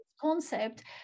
concept